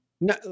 No